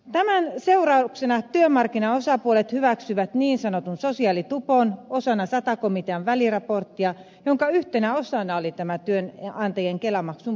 tämän seurauksena työmarkkinaosapuolet hyväksyivät niin sanotun sosiaalitupon osana sata komitean väliraporttia jonka yhtenä osana oli tämä työnantajien kelamaksun poistaminen